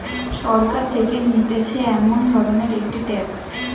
সরকার থেকে নিতেছে এমন ধরণের একটি ট্যাক্স